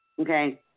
Okay